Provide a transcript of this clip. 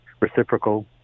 reciprocal